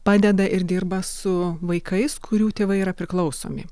padeda ir dirba su vaikais kurių tėvai yra priklausomi